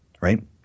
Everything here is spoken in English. right